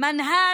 אומרים: